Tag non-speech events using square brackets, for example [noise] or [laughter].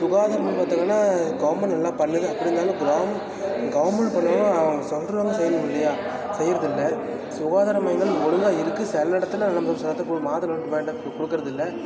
சுகாதாரம் பார்த்தீங்கன்னா கவுர்மெண்ட் நல்லா பண்ணுது அப்படி இருந்தாலும் க்ரௌமெண்ட் கவுர்மெண்ட் பண்ணிணாலும் அவங்க சொல்வதெல்லாம் செய்யணும் இல்லையா செய்யறதில்லை சுகாதார மையங்கள் ஒழுங்கா இருக்குது சில இடத்துல நமக்கு சட்டக்குழு மாத [unintelligible] கொடுக்கறதில்ல